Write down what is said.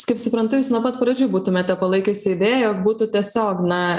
kaip suprantu jūs nuo pat pradžių būtumėte palaikiusi idėją jog būtų tiesiog na